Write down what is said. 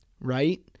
right